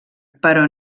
però